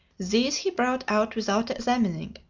these he brought out without examining,